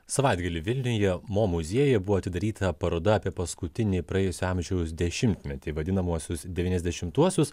savaitgalį vilniuje mo muziejuje buvo atidaryta paroda apie paskutinį praėjusio amžiaus dešimtmetį vadinamuosius devyniasdešimtuosius